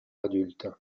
adultes